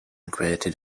credited